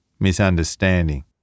misunderstanding